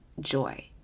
joy